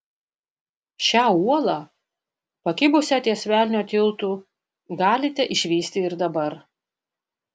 šią uolą pakibusią ties velnio tiltu galite išvysti ir dabar